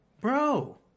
Bro